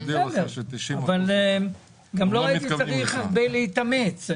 לא הייתי צריך להתאמץ הרבה.